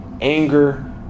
anger